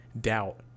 doubt